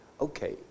okay